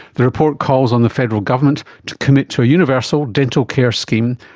the report calls on the federal government to commit to a universal dental care scheme,